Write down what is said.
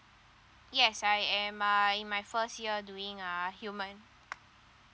yes I am uh in my first year doing uh human